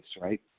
right